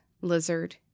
lizard